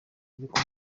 ariko